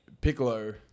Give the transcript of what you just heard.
piccolo